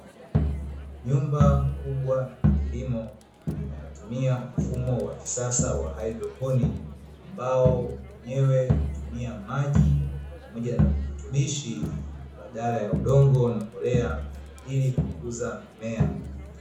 Nyumba kubwa ya kilimo inayotumia mfumo wa kisasa wa haidroponi, ambao wenyewe hutumia maji pamoja na virutubishi badala ya udongo na mbolea ili kukuza mimea.